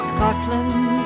Scotland